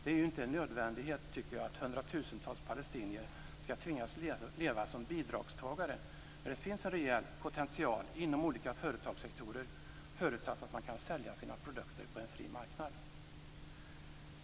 Det är ju inte en nödvändighet att hundratusentals palestinier skall tvingas leva som bidragstagare när det finns en rejäl potential inom olika företagssektorer förutsatt att man kan sälja sina produkter på en fri marknad.